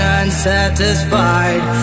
unsatisfied